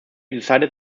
decides